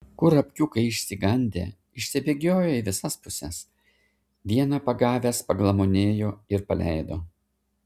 kurapkiukai išsigandę išsibėgiojo į visas puses vieną pagavęs paglamonėjo ir paleido